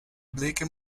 blake